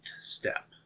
step